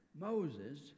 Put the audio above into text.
Moses